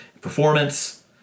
performance